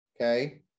okay